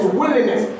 willingness